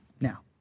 now